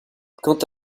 quant